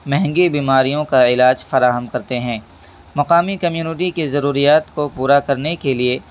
مہنگی بیماریوں کا علاج فراہم کرتے ہیں مقامی کمیونٹی کی ضروریات کو پورا کرنے کے لیے